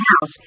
house